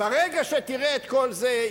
ברגע שתראה את כל זה,